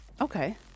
Okay